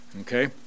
Okay